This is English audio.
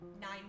nine